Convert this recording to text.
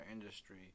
industry